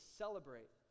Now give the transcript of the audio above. celebrate